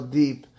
deep